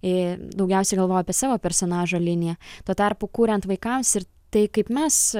i daugiausiai galvoja apie savo personažo liniją tuo tarpu kuriant vaikams ir tai kaip mes